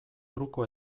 truko